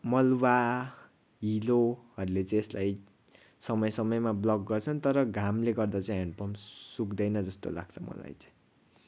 मलवा हिलोहरूले चाहिँ यसलाई समय समयमा ब्लक गर्छन् तर घामले गर्दा चाहिँ ह्यान्ड पम्प सुक्दैन जस्तो लाग्छ मलाई चाहिँ